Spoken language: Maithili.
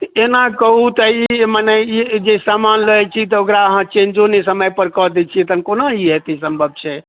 एना कहु तऽ ई मने ई जे सामान लै छी तऽ ओकरा अहाँ चेन्जो नहि समयपर कऽ दै छियै तखन कोना ई अते सम्भव छै